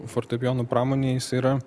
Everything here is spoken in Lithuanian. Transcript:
fortepijonų pramonei jis yra